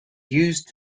used